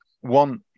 one